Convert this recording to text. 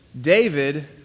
David